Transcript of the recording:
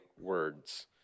words